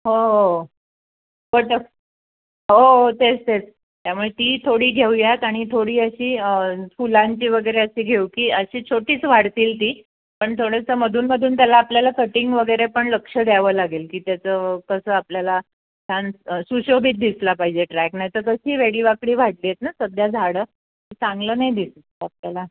हो हो पट हो हो तेच तेच त्यामुळे ती थोडी घेऊयात आणि थोडी अशी फुलांची वगैरे अशी घेऊ की अशी छोटीच वाढतील ती पण थोडंसं मधूनमधून त्याला आपल्याला कटिंग वगैरे पण लक्ष द्यावं लागेल की त्याचं कसं आपल्याला छान सुशोभीत दिसला पाहिजे ट्रॅक नाही तर कशीही वेडीवाकडी वाढली आहेत ना सध्या झाडं चांगलं नाही दिसत आपल्याला